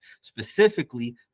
specifically